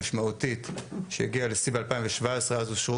משמעותית שהגיע לשיא ב- 2017, אז אושרו